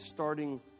Starting